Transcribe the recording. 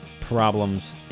problems